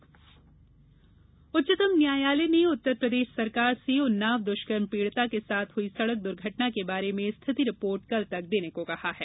उच्चतम न्यायालय उन्नाव उच्चतम न्यायालय ने उत्तर प्रदेश सरकार से उन्नाव द्वष्कर्म पीड़िता के साथ हई सड़क दुर्घटना के बारे में स्थिति रिपोर्ट कल तक देने को कहा है